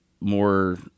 more